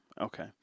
Okay